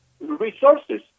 resources